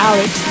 Alex